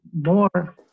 more